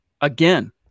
again